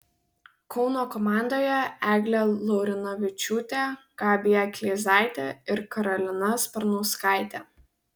kauno komandoje eglė laurinavičiūtė gabija kleizaitė ir karolina sparnauskaitė